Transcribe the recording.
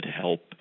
help